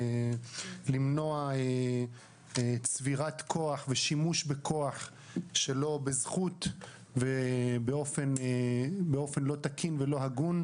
למנוע צבירת כוח ושימוש בכוח שלא בזכות ובאופן לא תקין ולא הגון,